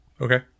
Okay